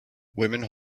women